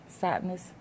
sadness